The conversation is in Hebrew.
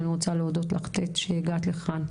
אני רוצה להודות לך ט' שהגעת לכאן,